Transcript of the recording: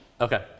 Okay